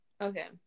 Okay